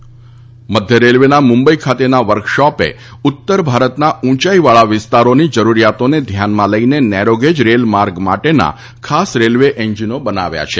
locomotive મધ્ય રેલવેના મુંબઈ ખાતેના વર્કશોપે ઉત્તર ભારતના ઊંચાઈવાળા વિસ્તારોની જરૂરિયાતોને ધ્યાનમાં લઈને નેરોગેજ રેલ માર્ગ માટેના ખાસ રેલવે એન્જિનો બનાવ્યા છે